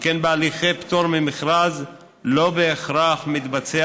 שכן בהליכי פטור ממכרז לא בהכרח מתבצע